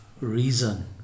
reason